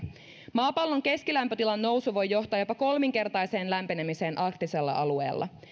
maapallon keskilämpötilan nousu voi johtaa jopa kolminkertaiseen lämpenemiseen arktisella alueella